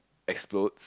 explodes